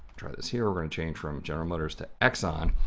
try this here, we're going to change from general motors to exxon.